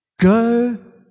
go